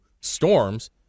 storms